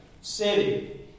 city